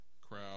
crowd